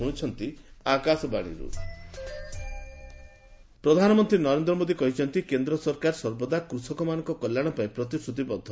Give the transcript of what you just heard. PM farmers ପ୍ରଧାନମନ୍ତ୍ରୀ ନରେନ୍ଦ୍ର ମୋଦି କହିଛନ୍ତି କେନ୍ଦ୍ର ସରକାର ସର୍ବଦା କୃଷକମାନଙ୍କ କଲ୍ୟାଣପାଇଁ ପ୍ରତିଶ୍ରତିବଦ୍ଧ